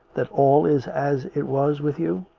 that all is as it was with you?